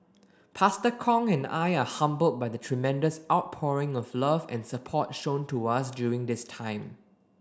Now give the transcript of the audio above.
Pastor Kong and I are humbled by the tremendous outpouring of love and support shown to us during this time